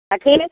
कथी